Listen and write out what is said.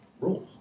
rules